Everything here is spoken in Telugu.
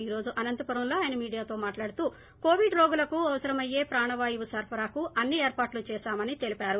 ఈ రోజు అనంతపురంలో ఆయన మీడియాతో మాట్లాడుతూ కోవిడ్ రోగులకు అవసరమ్యే ప్రాణవాయువు సరఫరాకు అన్ని ఏర్పాట్లూ చేశామని తెలిపారు